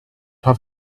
have